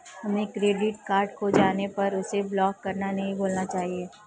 हमें credit card खो जाने पर उसे ब्लॉक करना नहीं भूलना चाहिए